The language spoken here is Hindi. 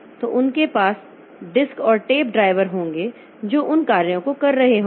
तो उनके पास डिस्क और टेप ड्राइवर होंगे जो उन कार्यों को कर रहे होंगे